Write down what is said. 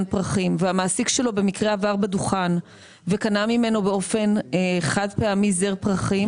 פרחים והמעסיק שלו במקרה עבר בדוכן וקנה ממנו באופן חד פעמי זר פרחים